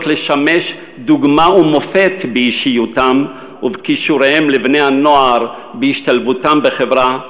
לשמש דוגמה ומופת באישיותן ובכישוריהן לבני-הנוער בהשתלבותם לחברה,